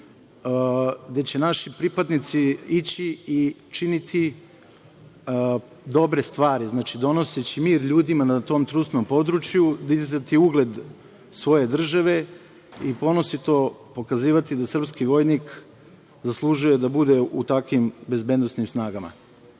gde će naši pripadnici ići i činiti dobre stvari, donoseći mir ljudima na tom trusnom području, dizati ugled svoje države i ponosito pokazivati da srpski vojnik zaslužuje da bude u takvim bezbednosnim snagama. Ja